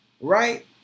Right